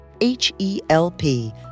H-E-L-P